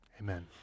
Amen